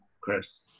Chris